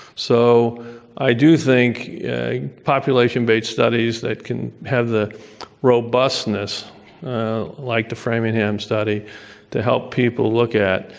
so i do think population-based studies that can have the robustness like the framingham study to help people look at.